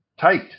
tight